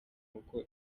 uko